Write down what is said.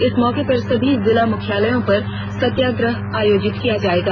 इस मौकें पर सभी जिला मुख्यालयों पर सत्याग्रह आयोजित किया जाएगा